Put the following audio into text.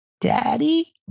daddy